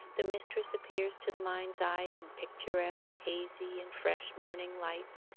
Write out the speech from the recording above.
the mistress appears to the mind's eye in picturesque, hazy, and fresh morning lights,